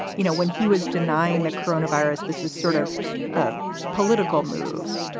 you know, when he was denying the coronavirus, this is sort of a political move.